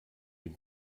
dem